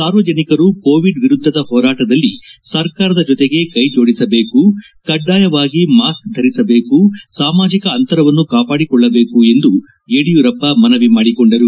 ಸಾರ್ವಜನಿಕರು ಕೋವಿಡ್ ವಿರುದ್ಧದ ಹೋರಾಟದಲ್ಲಿ ಸರ್ಕಾರದ ಜೊತೆಗೆ ಕೈ ಜೋಡಿಸಬೇಕು ಕಡ್ಡಾಯವಾಗಿ ಮಾಸ್ಕ್ ಧರಿಸಬೇಕು ಸಾಮಾಜಿಕ ಅಂತರವನ್ನು ಕಾಪಾಡಿಕೊಳ್ಳಬೇಕು ಎಂದು ಯಡಿಯೂರಪ್ಪ ಮನವಿ ಮಾಡಿಕೊಂಡರು